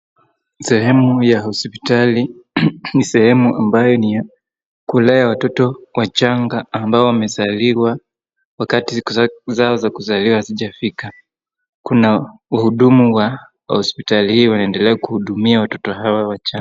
Sehemu ya hospitali. Ni sehemu ambayo ni ya kulea watoto wachanga ambao wamezaliwa wakati siku zao za kuzaliwa hazijafika. Kuna wahudumu wa hospitali hii wanaendele kuhudumia watoto hawa wachanga.